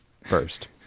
first